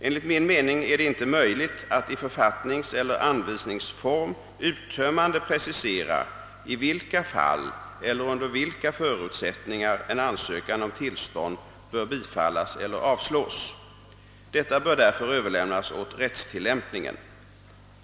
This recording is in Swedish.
Enligt min mening är det inte möjligt att i författningseller anvisningsform uttömmande precisera i vilka fall eller under vilka förutsättningar en ansökan om tillstånd bör bifallas eller avslås. Detta bör därför överlämnas åt rättstillämpningen.